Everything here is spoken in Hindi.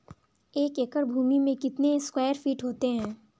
एक एकड़ भूमि में कितने स्क्वायर फिट होते हैं?